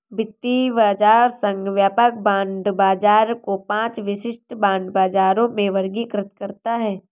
वित्तीय बाजार संघ व्यापक बांड बाजार को पांच विशिष्ट बांड बाजारों में वर्गीकृत करता है